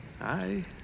Hi